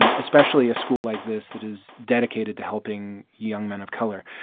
and especially a school like this that is dedicated to helping young men of color,